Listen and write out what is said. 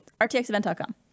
RTXEvent.com